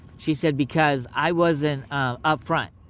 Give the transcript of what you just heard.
she said because i wasn't upfront